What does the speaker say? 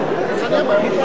כבוד ידידי היקר,